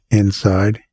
inside